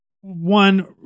one